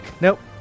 Nope